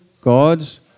God's